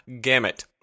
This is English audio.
gamut